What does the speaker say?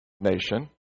nation